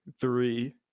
three